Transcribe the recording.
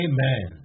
Amen